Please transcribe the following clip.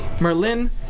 Merlin